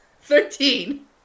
Thirteen